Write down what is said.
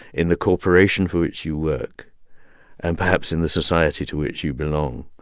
in the corporation for which you work and perhaps in the society to which you belong.